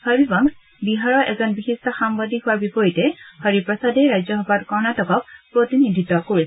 হৰিবংশ বিহাৰৰ এজন বিশিষ্ট সাংবাদিক হোৱাৰ বিপৰীতে হৰিপ্ৰসাদে কৰ্ণাটকক প্ৰতিনিধিত্ব কৰিছে